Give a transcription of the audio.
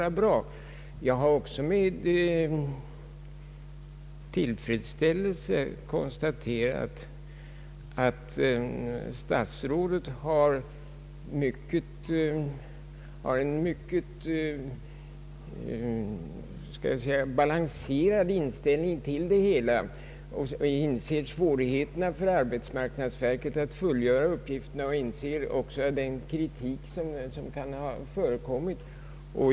Jag har emellertid också med tillfredsställelse konstaterat att statsrådet har en mycket balanserad inställning till det hela och inser arbetsmarknadsverkets svårigheter att rätt fullgöra sina uppgifter vilket kan förklara den kritik mot verket som har förekommit.